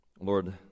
Lord